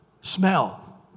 smell